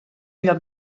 lloc